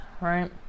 right